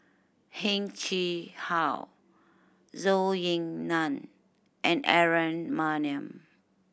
Heng Chee How Zhou Ying Nan and Aaron Maniam